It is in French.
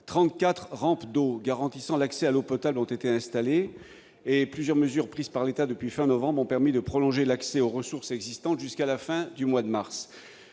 rampes d'eau garantissant l'accès à l'eau potable ont été installées et plusieurs mesures prises par l'État depuis la fin du mois de novembre dernier ont permis de prolonger l'accès aux ressources existantes jusqu'à la fin du mois de mars.